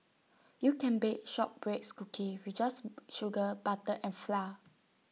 you can bake shortbread cookie with just sugar butter and flour